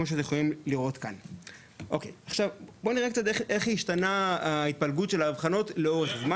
אפשר לראות כאן בתרשים את ההתפלגות של סוגי השלבים